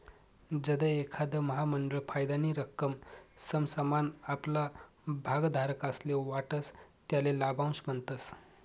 जधय एखांद महामंडळ फायदानी रक्कम समसमान आपला भागधारकस्ले वाटस त्याले लाभांश म्हणतस